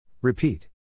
Repeat